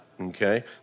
okay